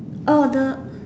orh the